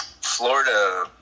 Florida